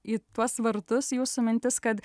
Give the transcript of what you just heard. į tuos vartus jūsų mintis kad